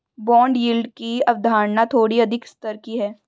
bond yield की अवधारणा थोड़ी अधिक स्तर की है